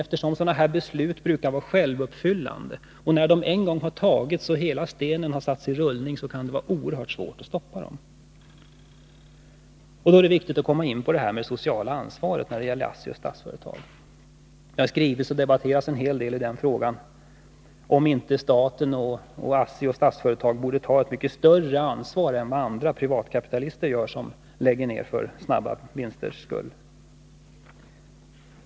Sådana nedläggningsbeslut brukar ju vara självuppfyllande — när de en gång har fattats och stenen satts i rullning, kan det vara oerhört svårt att sätta stopp. Då är det viktigt att komma in på frågan om det sociala ansvaret när det gäller ASSI och Statsföretag. Det har skrivits och debatterats en hel del om den frågan, och man har ifrågasatt om inte staten, ASSI och Statsföretag borde ta ett mycket större ansvar än privatkapitalister, som lägger ner fabriker för snabba vinsters skull.